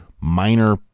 minor